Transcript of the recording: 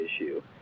issue